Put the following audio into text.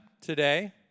today